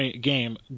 game